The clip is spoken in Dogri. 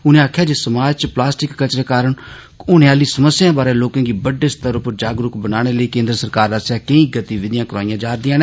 उनें आखेआ जे समाज च प्लास्टिक कचरे कारण होने आहली समस्याए बारै लोके गी बड्डे स्तर उप्पर जागरूक बनाने लेई केन्द्र सरकार आसेआ केई गतिविधियां करोआईयां जा'रदिआं न